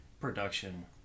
production